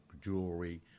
jewelry